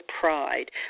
pride